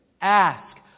ask